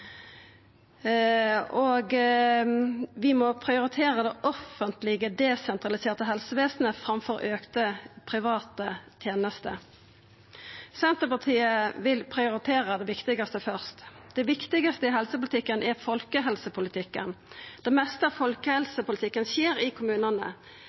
Vi må prioritera det offentlege desentraliserte helsevesenet framfor å auka private tenester. Senterpartiet vil prioritera det viktigaste først. Det viktigaste i helsepolitikken er folkehelsepolitikken. Det meste av